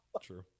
True